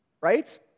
Right